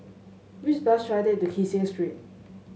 which bus should I take to Kee Seng Street